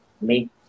make